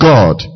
God